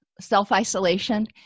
self-isolation